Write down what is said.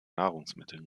nahrungsmitteln